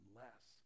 less